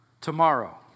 tomorrow